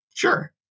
Sure